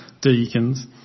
deacons